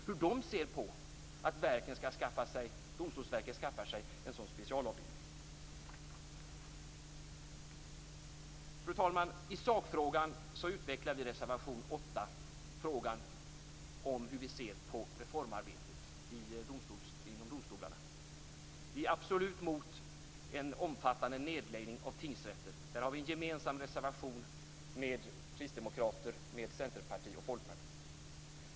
Hur ser de på att Domstolsverket skaffar sig en sådan här specialavdelning? Fru talman! I sakfrågan utvecklar vi i reservation 8 frågan om hur vi ser på reformarbetet inom domstolarna. Vi är absolut mot en omfattande nedläggning av tingsrätter. Där har vi en gemensam reservation med Kristdemokraterna, Centerpartiet och Folkpartiet.